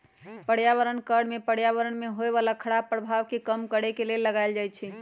पर्यावरण कर में पर्यावरण में होय बला खराप प्रभाव के कम करए के लेल लगाएल जाइ छइ